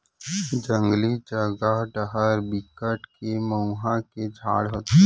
जंगली जघा डहर बिकट के मउहा के झाड़ होथे